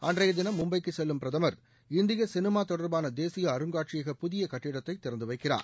அன்றைய தினம் மும்பைக்கு செல்லும் பிரதமர் இந்திய சினிமா தொடர்பான தேசிய அருங்காட்சியக புதியக் கட்டிடத்தை திறந்து வைக்கிறார்